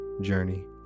journey